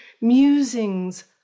musings